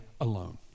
alone